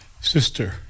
sister